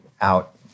out